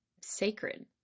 sacred